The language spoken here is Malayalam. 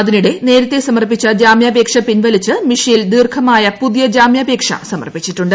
അതിനിടെ നേരത്തെ സമർപ്പിച്ച ജാമ്യാപേക്ഷ പിൻവലിച്ച് മിഷേൽ പുതിയ ദീർഘമായ ജാമ്യപേക്ഷ സമർപ്പിച്ചിട്ടുണ്ട്